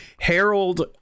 Harold